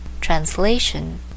Translation